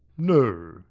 no.